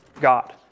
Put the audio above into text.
God